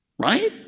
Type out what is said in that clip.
right